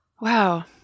Wow